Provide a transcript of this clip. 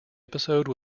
episode